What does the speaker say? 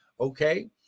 Okay